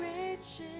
riches